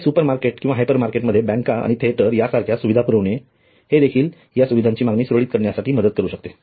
शिवाय सुपरमार्केट किंवा हायपरमार्केट मध्ये बँका आणि थिएटर सारख्या सुविधा पुरविणे हे देखील या सुविधांची मागणी सुरळीत करण्यासाठी मदत करू शकते